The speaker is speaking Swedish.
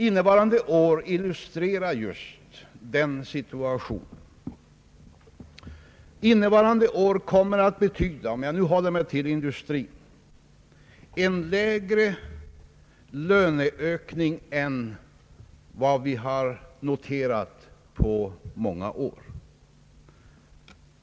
Innevarande år illustrerar just den situationen. Innevarande år kommer att betyda, om jag nu håller mig till industrin, en mindre löneökning än vi noterat på många år.